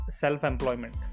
self-employment